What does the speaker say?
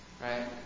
right